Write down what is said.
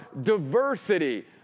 diversity